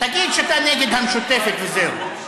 תגיד שאתה נגד המשותפת וזהו.